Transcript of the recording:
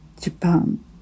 Japan